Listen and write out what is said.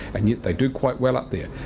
and yet they do quite well up there.